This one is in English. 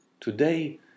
today